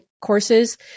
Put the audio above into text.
courses